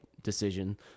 decision